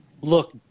look